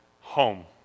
Home